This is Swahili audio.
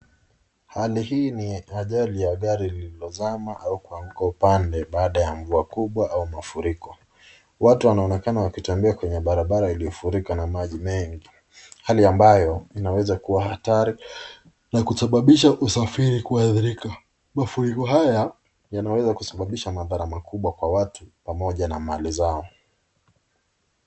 Hali hii ni ajali ya gari lililozama au kuingia upande baada ya mvua kubwa au mafuriko. Watu wanaonekana wakitembea kwenye barabara iliyofurika na maji mengi. Hali ambayo inaweza kuwa hatari na kusababisha usafiri kuathirika. Mafuriko haya yanaweza kusababisha madhara makubwa kwa watu pamoja na mali zao.